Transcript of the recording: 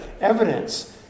Evidence